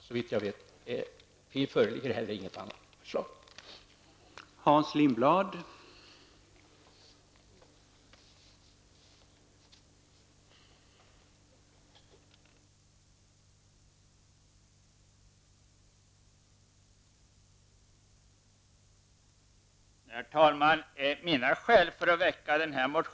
Såvitt jag vet föreligger inget annat förslag.